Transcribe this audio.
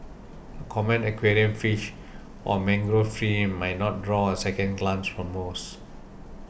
a common aquarium fish or mangrove tree might not draw a second glance from most